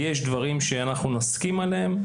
יש דברים שאנחנו נסכים עליהם.